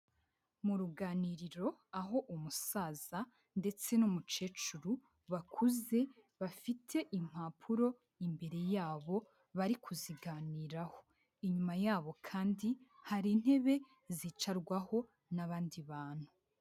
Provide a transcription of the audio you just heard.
Mu ruganiriro aho umusaza ndetse n'umukecuru bakuze, bafite impapuro imbere yabo bari kuziganiraho, inyuma yabo kandi hari intebe zicarwaho n'abandi bantu.